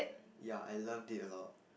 ya I loved it a lot